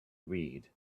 read